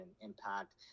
impact